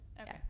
Okay